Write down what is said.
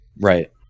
Right